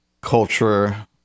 culture